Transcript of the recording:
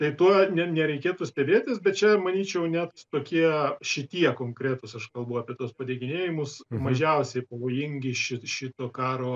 tai tuo ne nereikėtų stebėtis bet čia manyčiau net tokie šitie konkretūs aš kalbu apie tuos padeginėjimus mažiausiai pavojingi ši šito karo